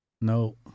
No